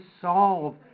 solve